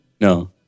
No